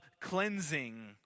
cleansing